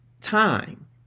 time